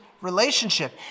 relationship